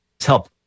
help